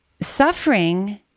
suffering